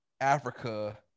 Africa